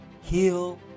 heal